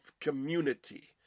community